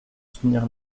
soutenir